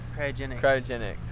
Cryogenics